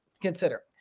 consider